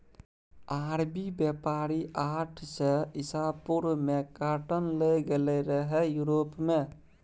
अरबी बेपारी आठ सय इसा पूर्व मे काँटन लए गेलै रहय युरोप मे